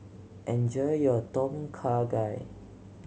enjoy your Tom Kha Gai